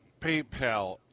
PayPal